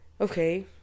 okay